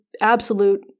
absolute